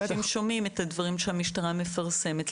אנשים שומעים את הדברים שהמשטרה מפרסמת.